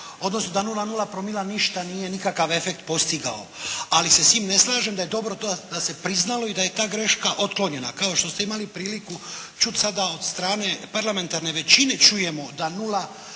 odnosno da 0,0 promila ništa nije nikakav efekt postigao, ali se s njim ne slažem da je dobro to da se priznalo i da je ta greška otklonjena kao što ste imali priliku čuti sada od strane parlamentarne većine čujemo da 0,0 promila